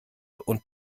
und